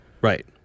Right